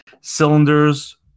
cylinders